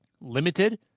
limited